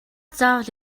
заавал